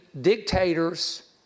dictators